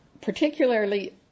particularly